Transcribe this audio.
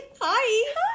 hi